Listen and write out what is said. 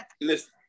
Listen